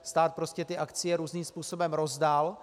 Stát prostě ty akcie různým způsobem rozdal.